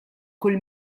kull